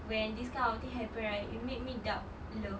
when this kind of thing happen right it make me doubt love